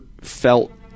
felt